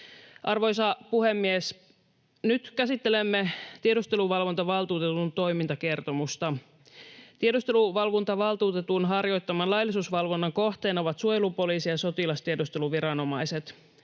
Arvoisa puhemies! Nyt käsittelemme tiedusteluvalvontavaltuutetun toimintakertomusta. Tiedusteluvalvontavaltuutetun harjoittaman laillisuusvalvonnan kohteena ovat suojelupoliisi ja sotilastiedusteluviranomaiset.